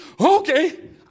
Okay